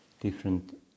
different